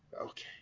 Okay